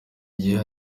gihe